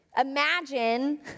imagine